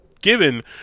given